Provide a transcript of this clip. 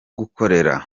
gukorera